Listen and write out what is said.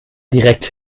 direkt